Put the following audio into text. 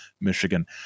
michigan